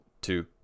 two